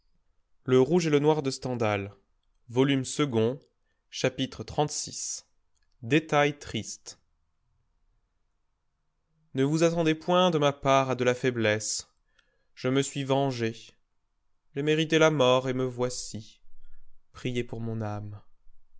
chapitre xxxvi détails tristes ne vous attendez point de ma part à de la faiblesse je me suis vengé j'ai mérité la mort et me voici priez pour mon âme